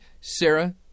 Sarah